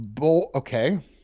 Okay